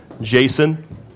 Jason